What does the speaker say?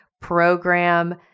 program